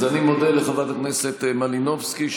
אז אני מודה לחברת הכנסת מלינובסקי,